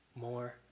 more